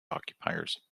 occupiers